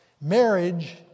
Marriage